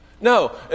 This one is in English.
No